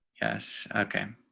yes. okay.